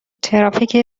ترافیک